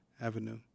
Avenue